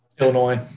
Illinois